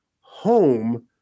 home